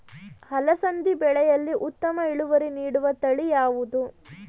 ಅಲಸಂದಿ ಬೆಳೆಯಲ್ಲಿ ಉತ್ತಮ ಇಳುವರಿ ನೀಡುವ ತಳಿ ಯಾವುದು?